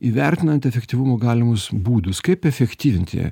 įvertinant efektyvumo galimus būdus kaip efektyvinti